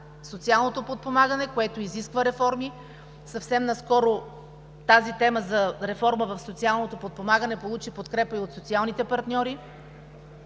социалното подпомагане, което изисква реформи, съвсем наскоро тази тема за реформа в социалното подпомагане получи подкрепа и от социалните партньори.